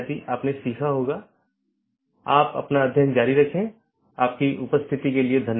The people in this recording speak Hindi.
इसके साथ ही आज अपनी चर्चा समाप्त करते हैं